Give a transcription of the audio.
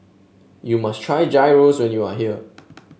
you must try Gyros when you are here